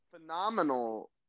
phenomenal